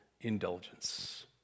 indulgence